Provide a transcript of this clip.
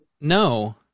No